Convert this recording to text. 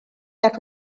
that